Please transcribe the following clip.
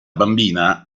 bambina